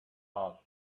house